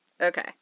Okay